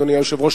אדוני היושב-ראש,